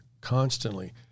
constantly